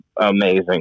amazing